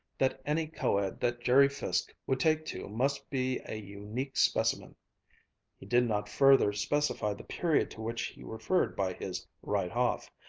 that any co-ed that jerry fiske would take to must be a unique specimen he did not further specify the period to which he referred by his right off,